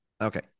Okay